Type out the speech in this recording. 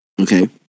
Okay